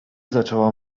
zaczęła